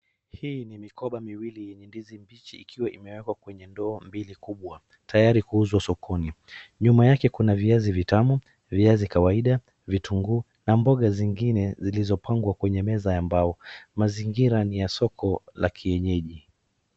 Hii ni mikoba miwili yenye ndizi mbichi ikiwa imewekwa kwenye ndoo mbili kubwa tayari kuuzwa sokoni, nyuma yake kuna viazi vitamu, viazi kawaida, vitunguu na mboga zingine zilizopangwa kwenye meza ya mbao. Mazingira ni ya soko la kienyeji.